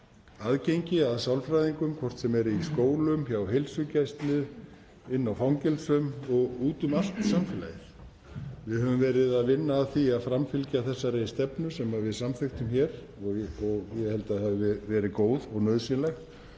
aðgengi að sálfræðingum, hvort sem er í skólum, hjá heilsugæslu, inn í fangelsum eða úti um allt samfélagið. Við höfum verið að vinna að því að framfylgja þessari stefnu sem við samþykktum hér og ég held að hafi verið góð og nauðsynleg